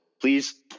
please